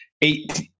eight